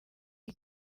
iyi